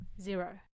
Zero